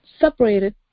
separated